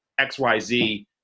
XYZ